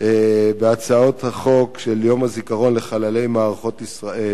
בהצעות החוק של יום הזיכרון לחללי מערכות ישראל,